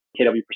KW